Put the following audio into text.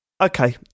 okay